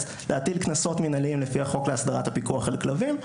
להטיל קנסות מנהליים לפי החוק להסדרת על פיקוח כלבים.